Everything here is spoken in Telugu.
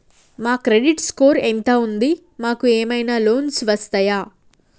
మా క్రెడిట్ స్కోర్ ఎంత ఉంది? మాకు ఏమైనా లోన్స్ వస్తయా?